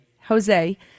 Jose